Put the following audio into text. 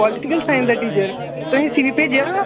पोस्टीकल science दे teacher तुहें सी बी भेजेआ हा